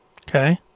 okay